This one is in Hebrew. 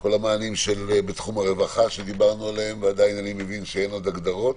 כל המענים בתחום הרווחה שדיברנו עליהם אני מבין שאין עוד הגדרות.